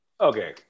Okay